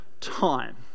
time